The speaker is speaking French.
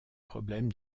problèmes